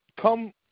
come